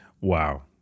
wow